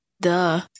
Duh